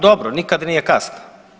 Dobro, nikad nije kasno.